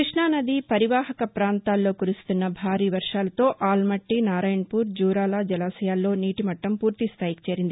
కృష్ణు నది పరివాహక ప్రాంతాల్లో కురుస్తున్న భారీ వర్షాలతో ఆల్టట్టి నారాయణపూర్ జూరాల జలాశయాల్లో నీటిమట్లం పూర్తి స్థాయికి చేరింది